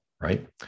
right